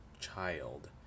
child